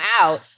out